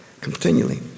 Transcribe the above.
continually